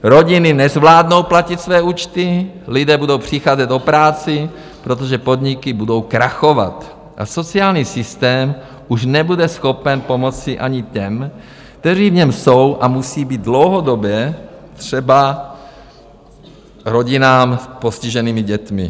Rodiny nezvládnou platit své účty, lidé budou přicházet o práci, protože podniky budou krachovat, a sociální systém už nebude schopen pomoci ani těm, kteří v něm jsou, a musí být, dlouhodobě, třeba rodinám s postiženými dětmi.